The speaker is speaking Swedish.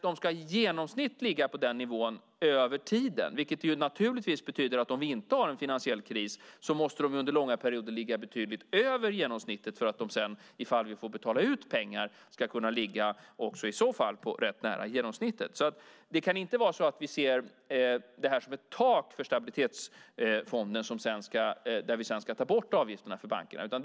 De ska i genomsnitt ligga på den nivån över tiden, vilket naturligtvis betyder att om vi inte har en finansiell kris måste de under långa perioder ligga betydligt över genomsnittet för att de sedan, om vi får betala ut pengar, också ska kunna ligga rätt nära genomsnittet. Det kan inte vara så att vi ser detta som ett tak för Stabilitetsfonden och att vi sedan ska ta bort avgifterna för bankerna.